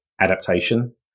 adaptation